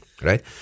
right